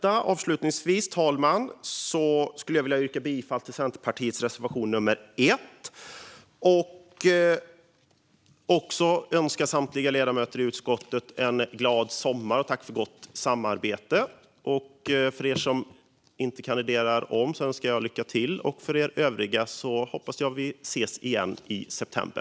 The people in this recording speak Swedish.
Avslutningsvis, fru talman, skulle jag vilja yrka bifall till Centerpartiets reservation 1 och också önska samtliga ledamöter i utskottet en glad sommar. Tack för gott samarbete! Till er som inte kandiderar om säger jag lycka till. Övriga hoppas jag att få se i september.